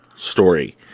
Story